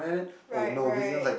right right